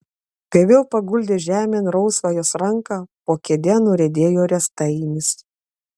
kai vėl paguldė žemėn rausvą jos ranką po kėde nuriedėjo riestainis